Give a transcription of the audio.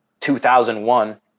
2001